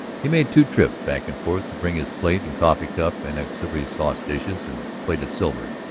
he made two trips back and forth to bring his plate and coffee cup and auxiliary sauce dishes and plated silver,